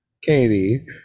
Katie